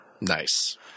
Nice